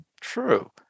True